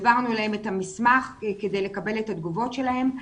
העברנו להם את המסמך כדי לקבל את התגובות שלהם.